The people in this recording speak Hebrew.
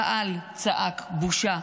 הקהל צעק "בושה"